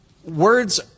Words